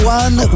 one